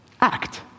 act